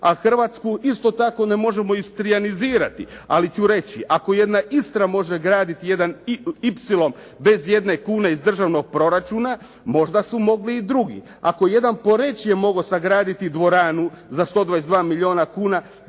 a Hrvatsku isto tako ne možemo istrijanizirati, ali ću reći ako jedna Istra može graditi jedan ipsilon bez jedne kune iz državnog proračuna, možda su mogli i drugi. Ako jedan Poreč je mogao sagraditi dvoranu za 122 milijuna kuna